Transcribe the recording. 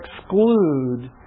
exclude